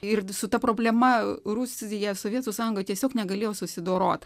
ir su ta problema rusija sovietų sąjunga tiesiog negalėjo susidorot